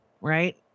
right